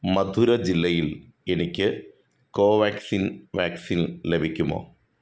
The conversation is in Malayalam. മധുര ജില്ലയിൽ എനിക്ക് കോവാക്സിൻ വാക്സിൻ ലഭിക്കുമോ